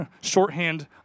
shorthand